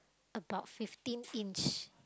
about fifteen inch